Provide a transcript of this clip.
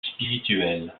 spirituelle